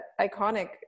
iconic